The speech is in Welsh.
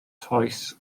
toes